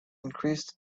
increased